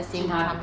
ji han